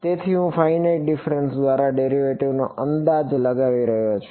તેથી હું finite difference દ્વારા ડેરિવેટિવનો અંદાજ લગાવી રહ્યો છું